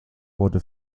wurde